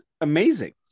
amazing